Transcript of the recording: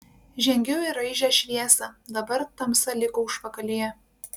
žengiau į raižią šviesą dabar tamsa liko užpakalyje